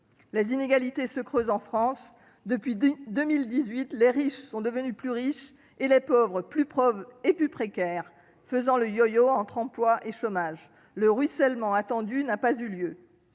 Les inégalités se creusent en France : depuis 2018, les riches sont devenus plus riches, et les pauvres plus pauvres et plus précaires, faisant le yo-yo entre emploi et chômage. Le ruissellement attendu n'a pas eu lieu.